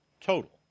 total